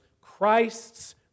Christ's